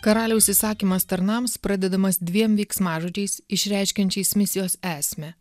karaliaus įsakymas tarnams pradedamas dviem veiksmažodžiais išreiškiančiais misijos esmę